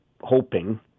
hoping